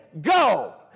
go